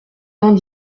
vingt